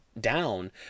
down